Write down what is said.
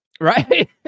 Right